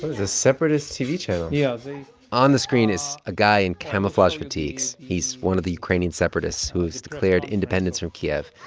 a separatist tv channel yeah on the screen is a guy in camouflage fatigues. he's one of the ukrainian separatists who has declared independence from kiev.